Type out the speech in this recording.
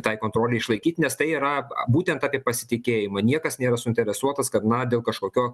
tai kontrolei išlaikyti nes tai yra būtent apie pasitikėjimą niekas nėra suinteresuotas kad na dėl kažkokios